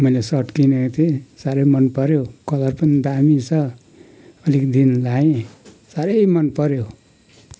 मैले सर्ट किनेको थिएँ साह्रै मनपऱ्यो कलर पनि दामी रहेछ अलिक दिन लगाएँ साह्रै मनपऱ्यो